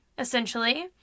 Essentially